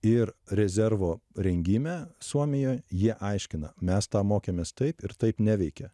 ir rezervo rengime suomijoj jie aiškina mes tą mokėmės taip ir taip neveikia